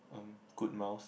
um good mouse